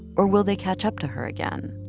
or will they catch up to her again?